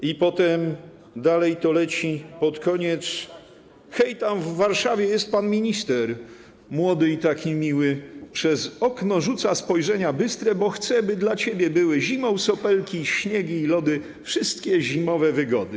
I potem dalej to leci pod koniec: „Hej, tam w Warszawie jest pan minister siwy i taki miły, przez okno rzuca spojrzenia bystre, bo chce, by dla ciebie były zimą sopelki, śniegi i lody: wszystkie zimowe wygody.